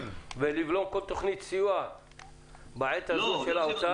ולבלום כל תוכנית סיוע בעת הזו של האוצר,